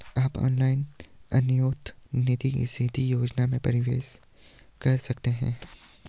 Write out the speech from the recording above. आप ऑनलाइन अन्योन्य निधि की सीधी योजना में निवेश कर सकते हैं